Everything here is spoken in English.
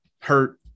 hurt